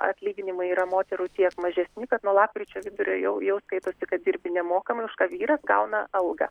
atlyginimai yra moterų tiek mažesni kad nuo lapkričio vidurio jau jau skaitosi kad dirbi nemokamai už ką vyras gauna algą